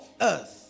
earth